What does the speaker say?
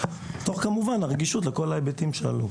וכמובן תוך הרגישות לכל ההיבטים שעלו.